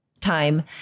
time